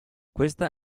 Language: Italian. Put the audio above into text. questa